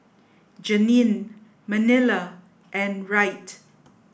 Janine Manilla and Wright